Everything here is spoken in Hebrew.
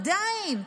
עדיין,